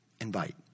Invite